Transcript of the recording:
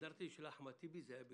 בסטנדרטים של אחמד טיבי זה היה יענו